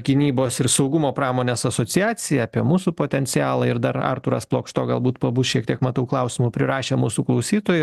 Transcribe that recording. gynybos ir saugumo pramonės asociacija apie mūsų potencialą ir dar artūras plokšto galbūt pabus šiek tiek matau klausimų prirašė mūsų klausytojai